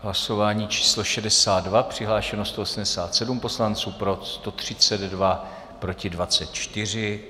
Hlasování číslo 62, přihlášeno 187 poslanců, pro 132, proti 24.